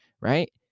right